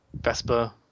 Vespa